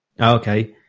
Okay